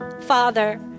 Father